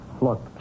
Look